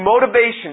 motivation